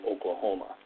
Oklahoma